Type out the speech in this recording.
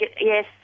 Yes